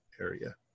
area